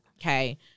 Okay